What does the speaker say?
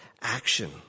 action